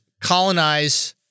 colonize